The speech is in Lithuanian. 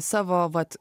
savo vat